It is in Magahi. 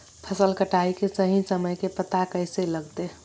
फसल कटाई के सही समय के पता कैसे लगते?